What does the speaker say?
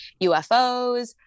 UFOs